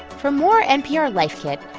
for more npr life kit,